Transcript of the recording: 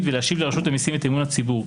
ולהשיב לרשות המיסים את אמון הציבור.